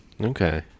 Okay